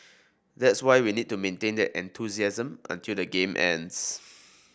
that's why we need to maintain that enthusiasm until the game ends